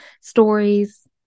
stories